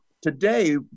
Today